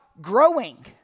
growing